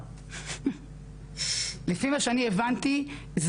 לפי מה שאני הבנתי,